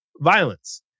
violence